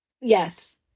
Yes